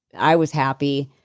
i was happy,